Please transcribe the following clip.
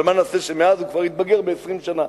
אבל מה נעשה שמאז הוא כבר התבגר ב-20 שנה?